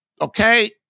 Okay